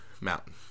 mountain